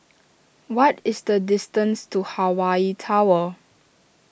what is the distance to Hawaii Tower